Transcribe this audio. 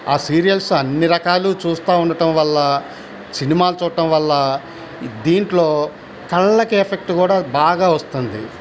ఆ సీరియల్స్ అన్ని రకాలు చూస్తూ ఉండటం వల్ల సినిమాలు చూట్టం వల్ల దీంట్లో కళ్ళకి ఎఫెక్ట్ కూడా బాగా వస్తుంది